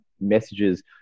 messages